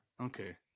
Okay